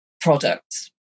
products